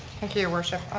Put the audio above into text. thank you, your worship.